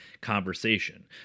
conversation